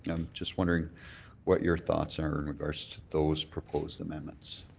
i'm just wondering what your thoughts are in regards to those proposed amendments.